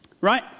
Right